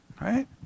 Right